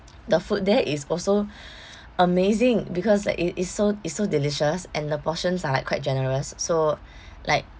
the food there is also amazing because like it it so it so delicious and the portions are like quite generous so like